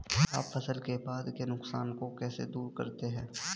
आप फसल के बाद के नुकसान को कैसे दूर करते हैं?